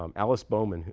um alice bowman,